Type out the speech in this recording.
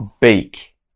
beak